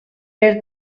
per